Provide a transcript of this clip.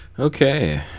Okay